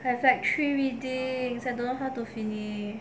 I have like three readings I know how to finish